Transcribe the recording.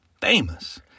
famous